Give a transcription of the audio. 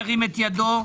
ירים את ידו.